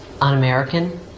un-american